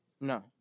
No